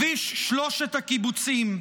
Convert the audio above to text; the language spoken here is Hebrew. כביש שלושת הקיבוצים.